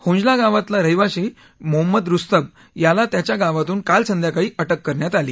होंजला गावातला रहिवाशी मोहम्मद रुस्तभ याला त्याच्या गावातून काल संध्याकाळी अटक करण्यात आली